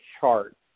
chart